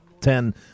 ten